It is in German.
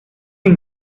den